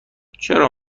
چرا